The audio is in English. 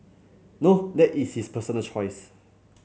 no that is his personal choice